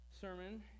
sermon